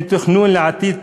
אין תכנון לעתיד